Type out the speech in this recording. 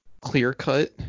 clear-cut